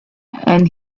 and